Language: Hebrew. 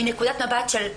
מנקודת המבט של,